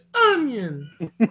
onion